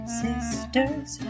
sisters